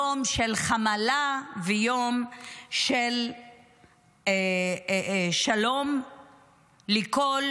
יום של חמלה ויום של שלום לכל